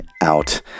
out